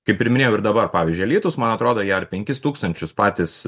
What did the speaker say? kaip ir minėjau ir dabar pavyzdžiui alytus man atrodo jie ar penkis tūkstančius patys